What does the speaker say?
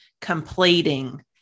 completing